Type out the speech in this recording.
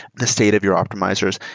the state of your optimizers,